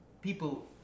people